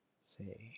say